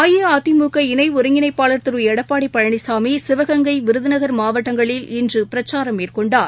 அஇஅதிமுக இணைஒருங்கிணைப்பாளர் திருளடப்பாடிபழனிசாமி சிவகங்கை விருதுநகர் மாவட்டங்களில் இன்றுபிரச்சாரம் மேற்கொண்டார்